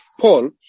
Paul